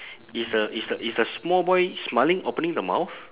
is the is the is the small boy smiling opening the mouth